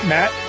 Matt